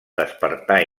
despertar